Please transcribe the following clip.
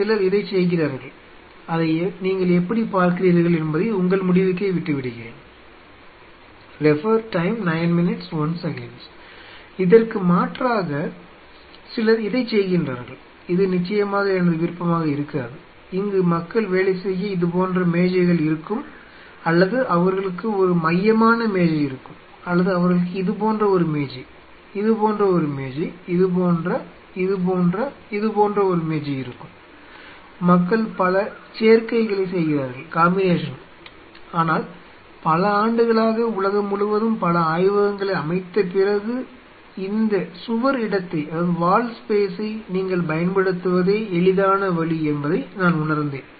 சிலர் இதைச் செய்கிறார்கள் அதை நீங்கள் எப்படிப் பார்க்கிறீர்கள் என்பதை உங்கள் முடிவுக்கே விட்டுவிடுகிறேன் நீங்கள் பயன்படுத்துவதே எளிதான வழி என்பதை நான் உணர்ந்தேன்